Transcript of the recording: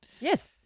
Yes